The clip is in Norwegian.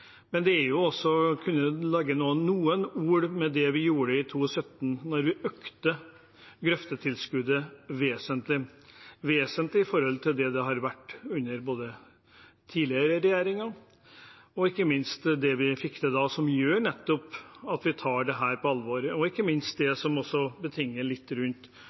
Men en kunne jo også legge inn noen ord om det vi gjorde i 2017, da vi økte grøftetilskuddet vesentlig i forhold til hvordan det var under tidligere regjeringer, og ikke minst det vi da fikk til, som nettopp gjør at vi tar dette på alvor, og ikke minst det som også er litt betinget rundt